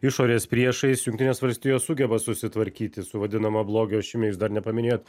išorės priešais jungtinės valstijos sugeba susitvarkyti su vadinama blogio ašimi jūs dar nepaminėjot